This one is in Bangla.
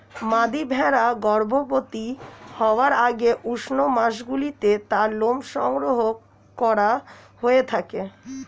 মাদী ভেড়া গর্ভবতী হওয়ার আগে উষ্ণ মাসগুলিতে তার লোম সংগ্রহ করা হয়ে থাকে